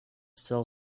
sell